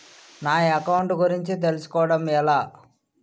నా అకౌంట్ గురించి తెలుసు కోవడం ఎలా?